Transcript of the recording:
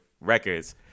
records